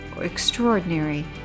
extraordinary